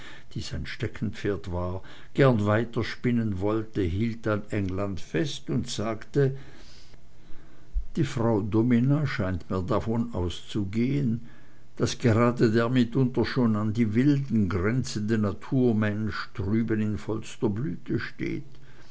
sein steckenpferd war gern weiterspinnen wollte hielt an england fest und sagte die frau domina scheint mir davon auszugehn daß gerade der mitunter schon an den wilden grenzende naturmensch drüben in vollster blüte steht